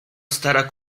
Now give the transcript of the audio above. stara